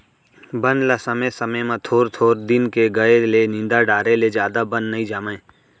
बन ल समे समे म थोर थोर दिन के गए ले निंद डारे ले जादा बन नइ जामय